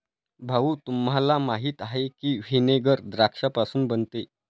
भाऊ, तुम्हाला माहीत आहे की व्हिनेगर द्राक्षापासून बनते